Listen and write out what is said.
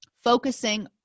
Focusing